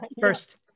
first